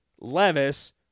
Levis